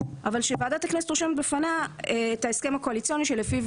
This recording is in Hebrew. אבל שוועדת הכנסת רושמת בפניה את ההסכם הקואליציוני שלפיו